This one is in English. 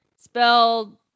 Spelled